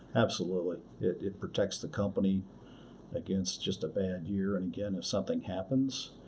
absolutely. it it protects the company against just a bad year. and again, if something happens,